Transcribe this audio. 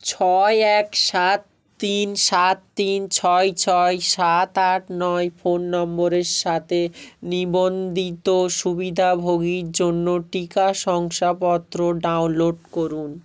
ছয় এক সাত তিন সাত তিন ছয় ছয় সাত আট নয় ফোন নম্বরের সাতে নিবন্দিত সুবিধাভোগীর জন্য টিকা শংসাপত্র ডাউনলোড করুন